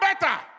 better